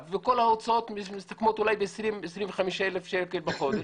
וכל ההוצאות מסביב שמסתכמות אולי ב-20,000 שקלים בחודש,